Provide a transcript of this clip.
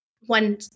one